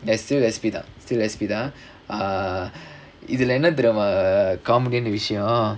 there's still S_P தான்:thaan still S_P தான்:thaan ah இதுல என்ன தெரியுமா:ithula enna theriyumaa comedy ஆனா விஷயம்:aana vishayam